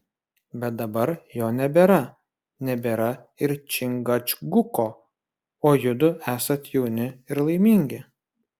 bet dabar jo nebėra nebėra ir čingačguko o judu esat jauni ir laimingi